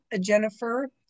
Jennifer